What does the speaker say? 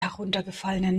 heruntergefallenen